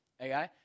okay